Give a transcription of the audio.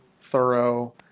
thorough